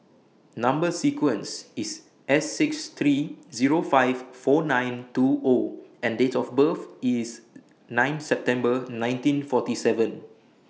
Number sequence IS S six three Zero five four nine two O and Date of birth IS nine September nineteen forty seven